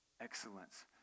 excellence